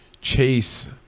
Chase